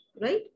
right